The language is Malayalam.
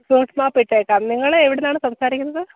റൂട്ട്മേപ്പിട്ടേക്കാം നിങ്ങളെവിടെ നിന്നാണ് സംസാരിക്കുന്നത്